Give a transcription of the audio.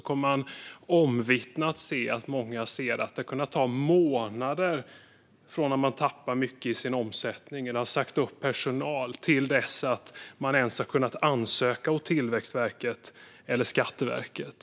Det är omvittnat att det har kunnat ta månader från det att man har tappat mycket av sin omsättning och har fått säga upp personal till dess att man ens har kunnat ansöka hos Tillväxtverket eller Skatteverket.